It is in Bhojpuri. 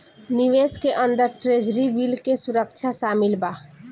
निवेश के अंदर ट्रेजरी बिल के सुरक्षा शामिल बा